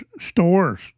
stores